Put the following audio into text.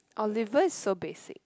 Oliver is so basic